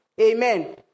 Amen